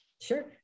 Sure